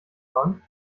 fahren